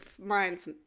Mine's